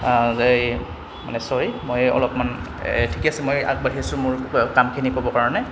এই মানে ছৰি মই অলপমান ঠিকে আছে মই আগবাঢ়িছোঁ মোৰ কামখিনি ক'ব কাৰণে